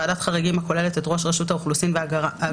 ועדת חריגים הכוללת את ראש רשות האוכלוסין וההגירה,